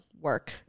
work